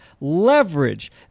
leverage